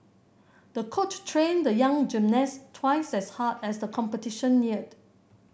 the coach trained the young gymnast twice as hard as the competition neared